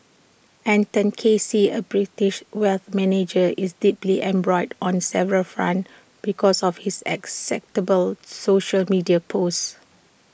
Anton Casey A British wealth manager is deeply embroiled on several fronts because of his acceptable social media posts